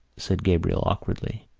said gabriel awkwardly.